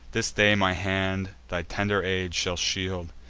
this day my hand thy tender age shall shield,